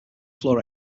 floor